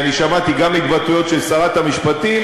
אני שמעתי גם התבטאויות של שרת המשפטים,